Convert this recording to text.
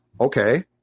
Okay